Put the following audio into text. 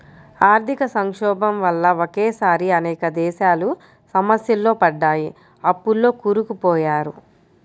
ఆర్థిక సంక్షోభం వల్ల ఒకేసారి అనేక దేశాలు సమస్యల్లో పడ్డాయి, అప్పుల్లో కూరుకుపోయారు